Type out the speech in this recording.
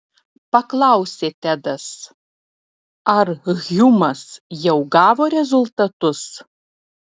paklausė tedas ar hjumas jau gavo rezultatus